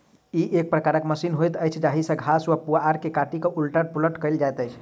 ई एक प्रकारक मशीन होइत अछि जाहि सॅ घास वा पुआर के काटि क उलट पुलट कयल जाइत छै